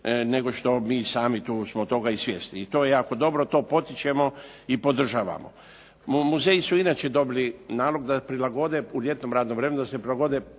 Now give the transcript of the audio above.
nego što smo sami toga svjesni. I to je jako dobro, to potičemo i podržavamo. Muzeji su inače dobili nalog da prilagode u ljetnom radnom vremenu